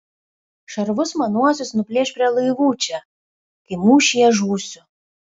šarvus manuosius nuplėš prie laivų čia kai mūšyje žūsiu